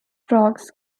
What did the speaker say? frogs